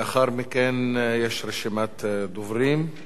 לאחר מכן יש רשימת דוברים.